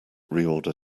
reorder